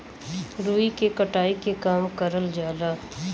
रुई के कटाई के काम करल जाला